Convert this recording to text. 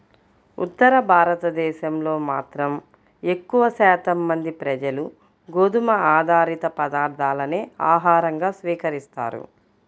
ఉత్తర భారతదేశంలో మాత్రం ఎక్కువ శాతం మంది ప్రజలు గోధుమ ఆధారిత పదార్ధాలనే ఆహారంగా స్వీకరిస్తారు